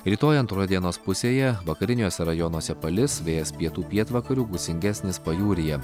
rytoj antroj dienos pusėje vakariniuose rajonuose palis vėjas pietų pietvakarių gūsingesnis pajūryje